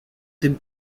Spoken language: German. den